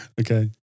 Okay